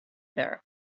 there